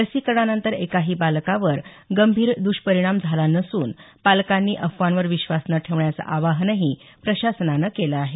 लसीकरणानंतर एकाही बालकावर गंभीर द्ष्परिणाम झाला नसून पालकांनी अफवांवर विश्वास न ठेवण्याचं आवाहनही प्रशासनानं केलं आहे